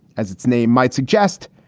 as its name might suggest.